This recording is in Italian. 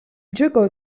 gioco